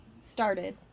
started